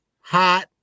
hot